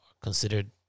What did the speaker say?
considered